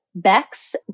Bex